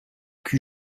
cul